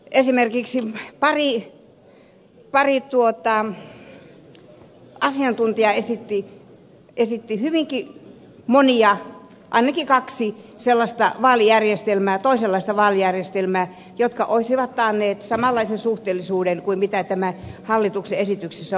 esimerkiksi pari asiantuntijaa esitti hyvinkin monia ainakin kaksi sellaista toisenlaista vaalijärjestelmää jotka olisivat taanneet samanlaisen suhteellisuuden kuin tämä hallituksen esityksessä oleva